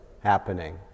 happening